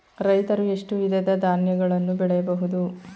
ರೈತರು ಎಷ್ಟು ವಿಧದ ಧಾನ್ಯಗಳನ್ನು ಬೆಳೆಯಬಹುದು?